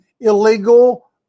illegal